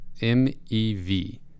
M-E-V